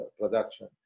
production